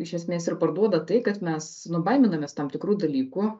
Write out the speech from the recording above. iš esmės ir parduoda tai kad mes baiminamės tam tikrų dalykų